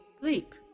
sleep